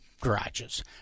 garages